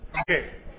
Okay